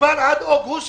עד אוגוסט.